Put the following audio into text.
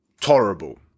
tolerable